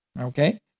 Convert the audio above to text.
Okay